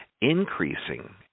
increasing